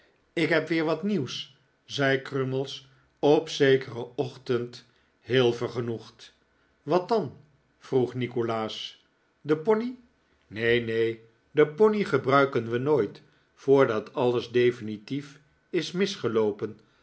ik heb weer wat nieuws johnson zei crummies op zekeren ochtend heel vergenoegd wat dan vroeg nikolaas den pony neen neen den pony gebruiken we nooit voordat alles definitief is misgeloopen